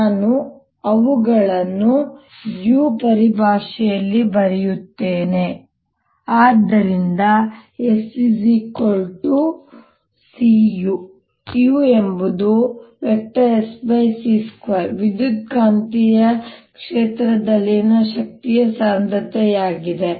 ನಾವು ಅವುಗಳನ್ನು u ಪರಿಭಾಷೆಯಲ್ಲಿ ಬರೆಯುತ್ತೇವೆ ಆದ್ದರಿಂದ s c u u ಎಂಬುದು |S|c2 ವಿದ್ಯುತ್ಕಾಂತೀಯ ಕ್ಷೇತ್ರದಲ್ಲಿನ ಶಕ್ತಿಯ ಸಾಂದ್ರತೆಯಾಗಿದೆ